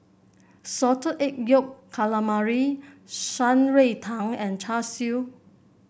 Salted Egg Yolk Calamari Shan Rui Tang and Char Siu